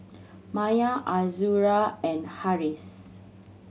Maya Azura and Harris